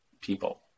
people